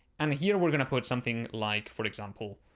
and here we're going to put something like, for example,